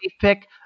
pick